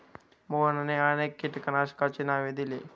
मोहनने अनेक कीटकनाशकांची नावे दिली